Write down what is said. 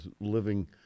living